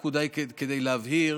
רק כדי להבהיר,